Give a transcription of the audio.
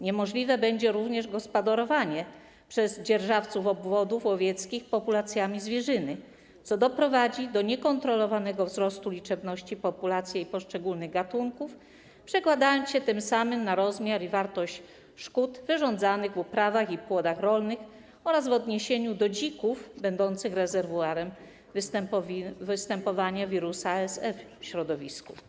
Niemożliwe będzie również gospodarowanie przez dzierżawców obwodów łowieckich populacjami zwierzyny, co doprowadzi do niekontrolowanego wzrostu liczebności populacji poszczególnych gatunków, przekładając się tym samym na rozmiar i wartość szkód wyrządzanych w uprawach i płodach rolnych, także w odniesieniu do dzików będących rezerwuarem występowania wirusa ASF w środowisku.